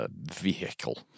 vehicle